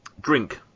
drink